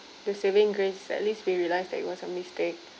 the saving grace sadly we realised that it was a mistake